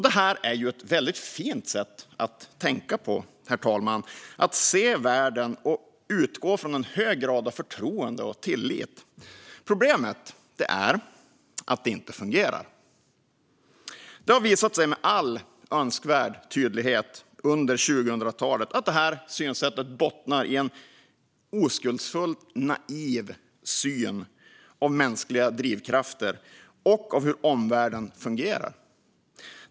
Det är ett fint sätt att tänka och att se världen på: att utgå från en hög grad av förtroende och tillit. Problemet är att det inte fungerar. Det har under 2000-talet med all önskvärd tydlighet visat sig att detta synsätt bottnar i en naiv syn på mänskliga drivkrafter och på hur omvärlden fungerar.